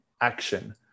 action